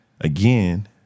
Again